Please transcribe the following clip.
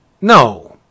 No